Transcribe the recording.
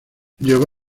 llegó